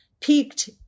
peaked